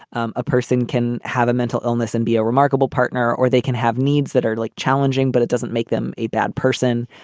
um a person can have a mental illness and be a remarkable partner. or they can have needs that are like challenging, but it doesn't make them a bad person.